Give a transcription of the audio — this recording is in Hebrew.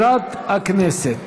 למזכירת הכנסת.